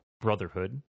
Brotherhood